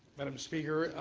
madam speaker